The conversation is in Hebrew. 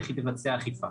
איך היא תבצע אכיפה?